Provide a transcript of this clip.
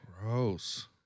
Gross